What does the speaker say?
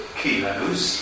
kilos